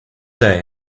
day